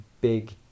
big